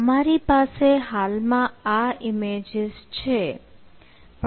અમારી પાસે હાલમાં આ ઈમેજીસ છે